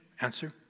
Answer